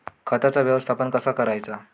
खताचा व्यवस्थापन कसा करायचा?